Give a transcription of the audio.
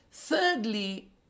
thirdly